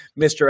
Mr